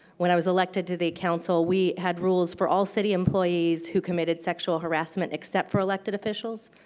when i was elected to the council, we had rules for all city employees who committed sexual harassment except for elected officials.